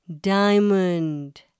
Diamond